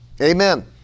amen